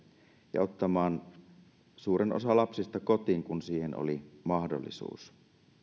ja ottamaan suuren osan lapsista kotiin kun siihen oli mahdollisuus